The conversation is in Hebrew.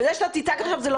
להיפך, אני רוצה להבהיר את זה.